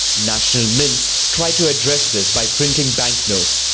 national mints try to address this by printing banknotes,